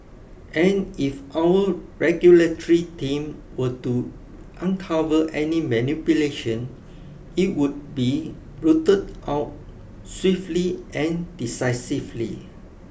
and if our regulatory team were to uncover any manipulation it would be rooted out swiftly and decisively